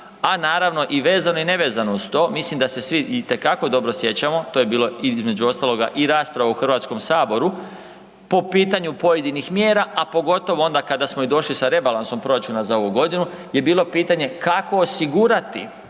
a naravno vezano i nevezano uz to, mislim da se svi itekako dobro sjećamo, to je bilo između ostaloga i rasprava u HS po pitanju pojedinih mjera, a pogotovo onda kada smo i došli sa rebalansom proračuna za ovu godinu je bilo pitanje kako osigurati